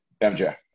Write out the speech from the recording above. MJ